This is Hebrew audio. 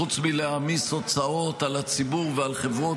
חוץ מלהעמיס הוצאות על הציבור ועל חברות,